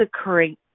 occurring